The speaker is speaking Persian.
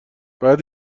بعد